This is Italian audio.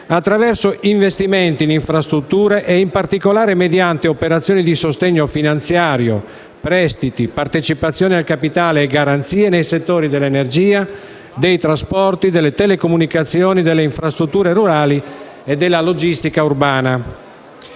attraverso investimenti in infrastrutture, in particolare mediante operazioni di sostegno finanziario - prestiti, partecipazioni al capitale e garanzie - nei settori dell'energia, dei trasporti, delle telecomunicazioni, delle infrastrutture rurali e della logistica urbana.